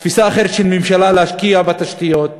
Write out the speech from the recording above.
תפיסה אחרת של ממשלה בהשקעה בתשתיות,